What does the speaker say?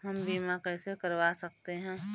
हम बीमा कैसे करवा सकते हैं?